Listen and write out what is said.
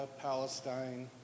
Palestine